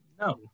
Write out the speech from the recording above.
No